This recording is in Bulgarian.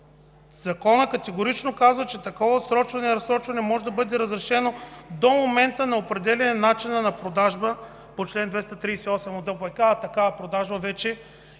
Законът казва категорично, че такова отсрочване и разсрочване може да бъде разрешено до момента на определяне начина на продажба по чл. 238 от ДОПК, а такава продажба вече